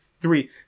Three